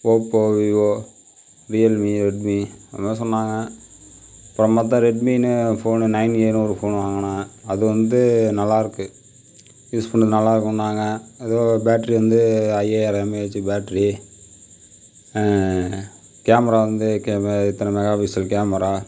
Oppo Vivo Realme Redmi அந்தமாரி சொன்னாங்க அப்புறம் பார்த்தா ரெட்மீன்னு ஃபோனு நைன் ஏன்னு ஒரு ஃபோனு வாங்கினேன் அது வந்து நல்லாயிருக்கு யூஸ் பண்ண நல்லா இருக்குனாங்க ஏதோ பேட்ரி வந்து அய்யாயிரம் எம்ஏஜி பேட்ரி கேமரா வந்து இத்தனை மெகாபிக்சல் கேமரா